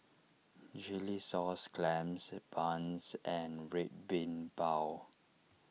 Chilli Sauce Clams Buns and Red Bean Bao